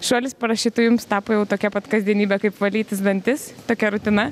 šuolis parašiutu jums tapo jau tokia pat kasdienybė kaip valytis dantis tokia rutina